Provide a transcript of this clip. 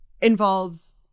involves